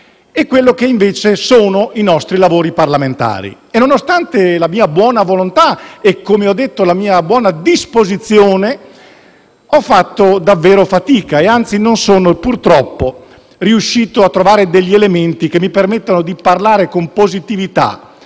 mi sono svegliato, con i nostri lavori parlamentari. Nonostante la mia buona volontà e, come ho detto, la mia buona disposizione, ho fatto davvero fatica e anzi non sono purtroppo riuscito a trovare degli elementi che mi permettessero di parlare con positività